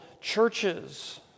churches